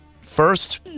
First